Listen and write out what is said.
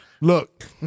Look